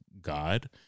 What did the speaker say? God